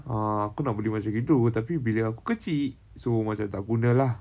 ah aku nak beli macam gitu tapi bilik aku kecil so macam tak guna lah